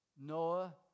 Noah